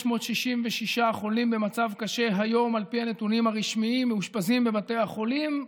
633 חולים במצב קשה מאושפזים היום בבתי החולים,